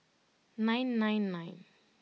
nine nine nine